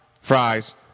fries